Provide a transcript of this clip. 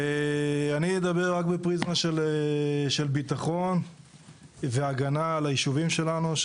אני אדבר רק בפריזמה של ביטחון והגנה על הישובים שלנו.